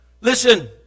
listen